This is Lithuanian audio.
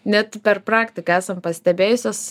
net per praktiką esam pastebėjusios